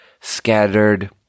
scattered